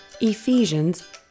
Ephesians